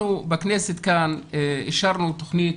לפני חודשיים אנחנו בכנסת אישרנו תוכנית,